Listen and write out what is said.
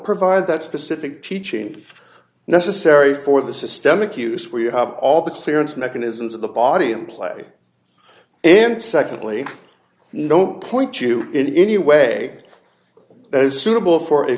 provide that specific teaching necessary for the systemic use where you have all the clearance mechanisms of the body in play and secondly know point you in any way that is suitable for a